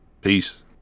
Peace